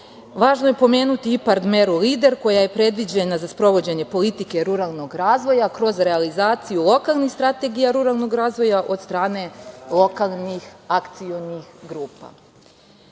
je pomenuti IPARD meru LEADER koja je predviđena za sprovođenje politike ruralnog razvoja, kroz realizaciju lokalnih strategija ruralnog razvoja od strane lokalnih akcionih grupa. Izmene